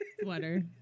sweater